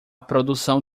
produção